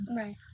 Right